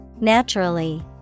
Naturally